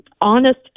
honest